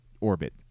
orbit